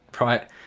Right